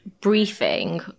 briefing